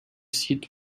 sites